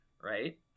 Right